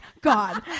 god